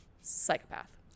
psychopath